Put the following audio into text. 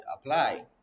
apply